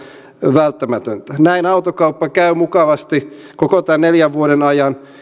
välttämätöntä näin autokauppa käy mukavasti koko tämän neljän vuoden ajan